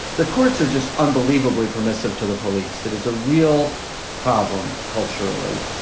the courts are just unbelievably permissive to the police. that is a real problem culturally.